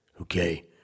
Okay